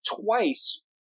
twice